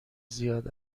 زیاد